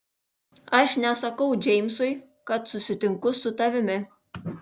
aš nesakau džeimsui kad susitinku su tavimi